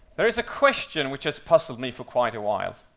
there is a question which has puzzled me for quite a while,